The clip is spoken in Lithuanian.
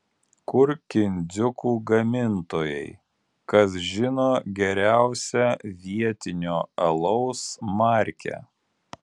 kur kindziukų gamintojai kas žino geriausią vietinio alaus markę